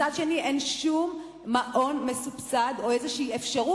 מצד שני אין שום מעון מסובסד או איזו אפשרות,